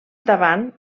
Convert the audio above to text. davant